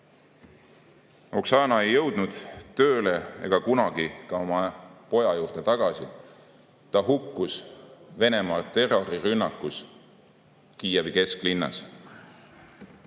Oksana ei jõudnud tööle ega kunagi oma poja juurde tagasi, ta hukkus Venemaa terrorirünnakus Kiievi kesklinnas.